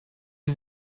wir